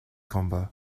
combat